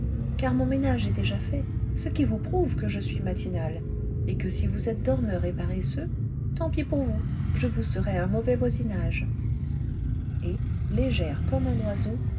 car mon ménage est déjà fait ce qui vous prouve que je suis matinale et que si vous êtes dormeur et paresseux tant pis pour vous je vous serai un mauvais voisinage et légère comme un oiseau